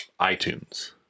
iTunes